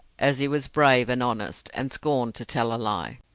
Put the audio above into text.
as he was brave and honest, and scorned to tell a lie.